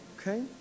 Okay